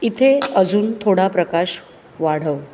इथे अजून थोडा प्रकाश वाढव